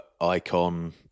icon